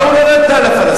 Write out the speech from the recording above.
מה הוא לא נתן לפלסטינים?